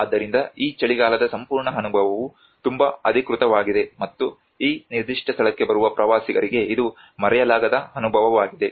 ಆದ್ದರಿಂದ ಈ ಚಳಿಗಾಲದ ಸಂಪೂರ್ಣ ಅನುಭವವು ತುಂಬಾ ಅಧಿಕೃತವಾಗಿದೆ ಮತ್ತು ಈ ನಿರ್ದಿಷ್ಟ ಸ್ಥಳಕ್ಕೆ ಬರುವ ಪ್ರವಾಸಿಗರಿಗೆ ಇದು ಮರೆಯಲಾಗದ ಅನುಭವವಾಗಿದೆ